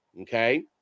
Okay